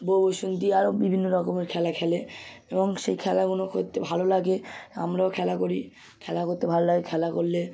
বউ বসন্তি আরো বিভিন্ন রকমের খেলা খেলে এবং সেই খেলাগুনো করতে ভালো লাগে আমরাও খেলা করি খেলা করতে ভালো লাগে খেলা করলে